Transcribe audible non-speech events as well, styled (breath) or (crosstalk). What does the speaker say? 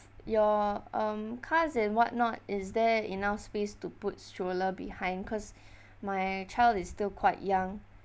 your um cars and what not is there enough space to put stroller behind cause (breath) my child is still quite young